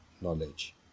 knowledge